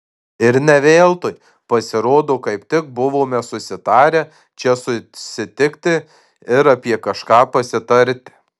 ir ne veltui pasirodo kaip tik buvome susitarę čia susitikti ir apie kažką pasitarti